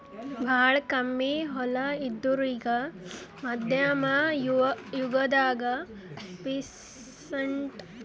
ಭಾಳ್ ಕಮ್ಮಿ ಹೊಲ ಇದ್ದೋರಿಗಾ ಮಧ್ಯಮ್ ಯುಗದಾಗ್ ಪೀಸಂಟ್ ಅಂತ್ ಕರಿತಿದ್ರು